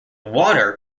water